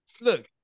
Look